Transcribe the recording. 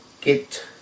get